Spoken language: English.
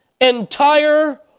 entire